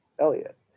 Elliot